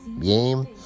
game